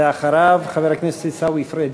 ואחריו, חבר הכנסת עיסאווי פריג'.